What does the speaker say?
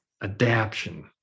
adaption